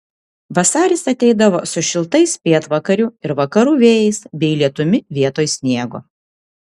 vasaris ateidavo su šiltais pietvakarių ir vakarų vėjais bei lietumi vietoj sniego